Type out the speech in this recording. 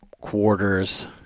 quarter's